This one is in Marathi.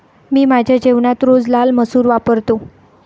मी माझ्या जेवणात रोज लाल मसूर वापरतो